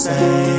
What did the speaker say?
Say